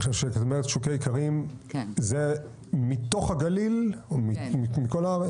כשאת אומרת שוק האיכרים זה מתוך הגליל או מכל הארץ?